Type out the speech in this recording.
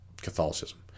Catholicism